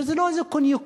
שזה לא איזה קוניונקטורה,